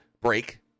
break